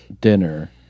dinner